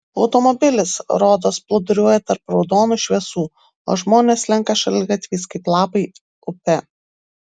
automobilis rodos plūduriuoja tarp raudonų šviesų o žmonės slenka šaligatviais kaip lapai upe